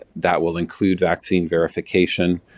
that will include vaccine verification,